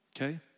Okay